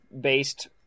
based